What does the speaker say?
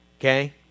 Okay